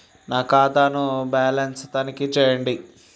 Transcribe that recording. నా ఖాతా ను బ్యాలన్స్ తనిఖీ చేయండి?